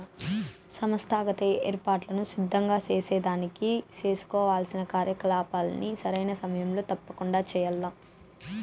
సంస్థాగత ఏర్పాట్లను సిద్ధం సేసేదానికి సేసుకోవాల్సిన కార్యకలాపాల్ని సరైన సమయంలో తప్పకండా చెయ్యాల్ల